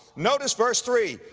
notice verse three,